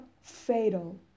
fatal